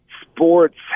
Sports